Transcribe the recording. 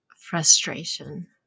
frustration